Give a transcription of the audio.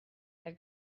had